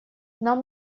нам